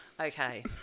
Okay